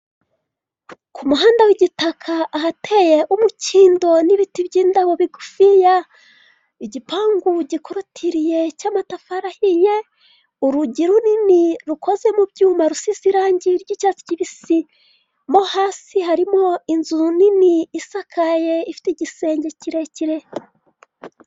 Ku muhanda w'igitaka ahateye umukindo n'ibiti by'indabo bigufiya, igipangu gikotiriye cy'amatafari ahiy,e urugi runini rukoze mu byuma rusize irangi ry'icyatsi kibisi mo hasi harimo inzu nini isakaye ifite igisenge kirekire.